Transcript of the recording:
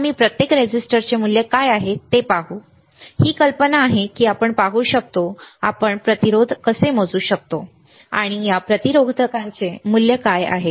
तर आम्ही प्रत्येक रेझिस्टरचे मूल्य काय आहे ते पाहू ठीक आहे ही कल्पना आहे की आपण पाहू शकतो की आपण प्रतिरोध कसे मोजू शकतो आणि या प्रतिरोधकांचे मूल्य काय आहे